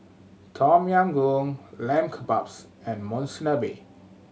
Tom Yam Goong Lamb Kebabs and Monsunabe